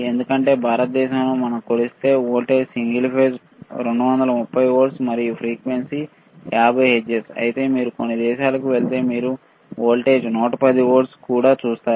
ఎందుకంటే భారతదేశంలో మనం కొలిస్తే వోల్టేజ్ సింగిల్ ఫేజ్ 230 వోల్ట్లు మరియు ఫ్రీక్వెన్సీ 50 హెర్ట్జ్ అయితే మీరు కొన్ని దేశాలకు వెళితే మీరు వోల్టేజ్ 110 వోల్ట్లు కూడా చూస్తారు